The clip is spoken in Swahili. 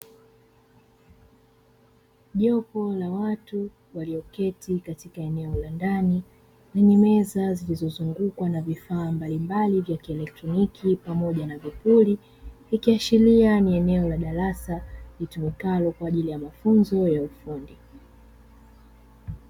Jopo la watu walioketi katika eneo la ndani, lenye meza zilizozungukwa na vifaa mbalimbali vya kieletroniki pamoja na vipuri; ikiashiria ni eneo la darasa litumikalo kwa ajili ya mafunzo ya ufundi.